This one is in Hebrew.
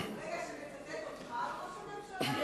אתה רוצה שנצטט אותך על ראש הממשלה?